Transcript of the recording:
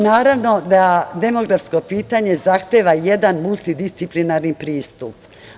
Naravno da demografsko pitanje zahteva i jedan multidisciplinarni pristup.